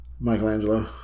Michelangelo